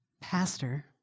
Pastor